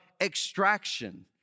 extraction